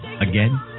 Again